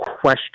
question